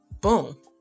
boom